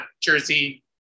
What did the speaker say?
jersey